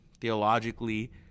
theologically